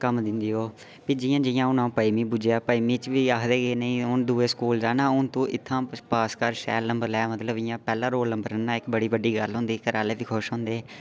कम्म दिंदी ओह् कि जियां जि'यां हून अ'ऊं पंजमीं पुज्जेआ पंजमीं च बी आखदे हे हून तू दूए स्कूल जाना हून तू पास कर शैल नम्बर लै मतलब इ'यां पैह्लै रोल नम्बर लैना बड़ी बड्डी गल्ल होंदी ही घरै आह्ले बी खुश होंदे